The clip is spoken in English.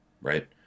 right